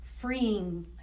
freeing